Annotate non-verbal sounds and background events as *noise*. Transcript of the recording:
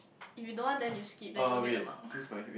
if you don't want then you skip then you won't get the mark *laughs*